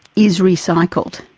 is recycled?